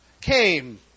came